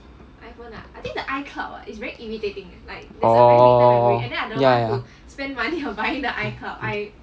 oh ya ya mm mm